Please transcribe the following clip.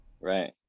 Right